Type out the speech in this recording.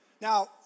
Now